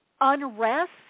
unrest